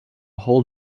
whole